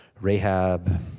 Rahab